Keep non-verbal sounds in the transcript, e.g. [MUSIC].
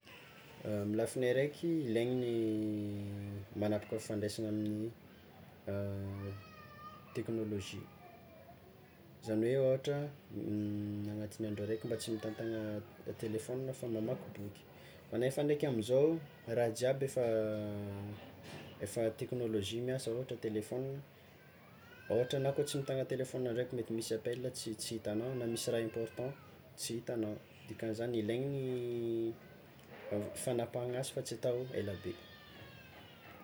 Amin'ny lafiny araiky ilaigny magnapaka fifandraisana amin'ny [HESITATION] teknôlôjia izany hoe ôhatra agnatin'ny andro araiky mba tsy mitantagna telefôny fa mamaky boky kanefa ndraiky amizao raha jiaby efa efa teknôlôjia miasa ôhatra telefôna, ôhatra ana koa tsy mitagna telefôna ndraiky mety misy appel tsy tsy hitanao na misy raha important tsy hitanao dikan'izany ilegny ny a fagnapahana azy fa tsy atao elabe.